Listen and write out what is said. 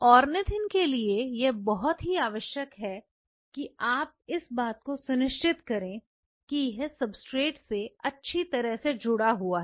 ornithine के लिए यह बहुत ही आवश्यक है कि आप इस बात को सुनिश्चित करें कि यह सबस्ट्रेट से अच्छी तरह से जुड़ा हुआ है